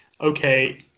okay